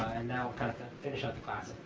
and that will kind of finish out the class. oh,